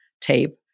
tape